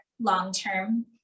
long-term